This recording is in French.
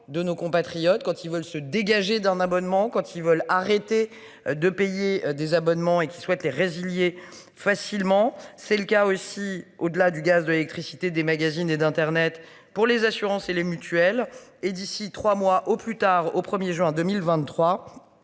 de nos compatriotes quand ils veulent se dégager d'un abonnement quand ils veulent arrêter de payer des abonnements et qui souhaitait résilier facilement. C'est le cas aussi au-delà du gaz, de l'électricité des magazines et d'Internet pour les assurances et les mutuelles et d'ici 3 mois au plus tard au 1er juin 2023.